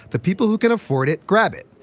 the people who can afford it, grab it,